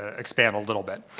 ah expand a little bit.